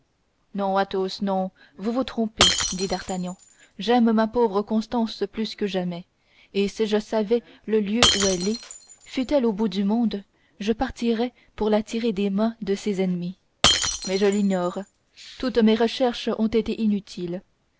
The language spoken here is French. non athos non vous vous trompez dit d'artagnan j'aime ma pauvre constance plus que jamais et si je savais le lieu où elle est fût-elle au bout du monde je partirais pour la tirer des mains de ses ennemis mais je l'ignore toutes mes recherches ont été inutiles